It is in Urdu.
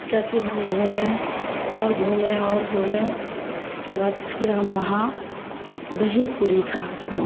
اس کے بعد پھر ہم گھومیں اور گھومیں اور گھومیں اس کے بعد پھر ہم وہاں دہی پوری کھائے